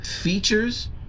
features